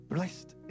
Blessed